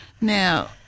Now